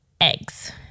eggs